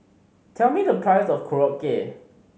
tell me the price of Korokke